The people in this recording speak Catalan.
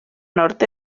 nord